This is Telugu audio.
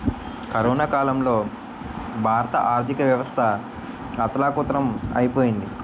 కరోనా కాలంలో భారత ఆర్థికవ్యవస్థ అథాలకుతలం ఐపోయింది